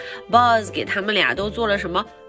Buzz给他们俩都做了什么